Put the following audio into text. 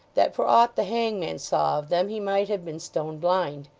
that for aught the hangman saw of them, he might have been stone blind.